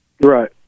Right